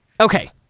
Okay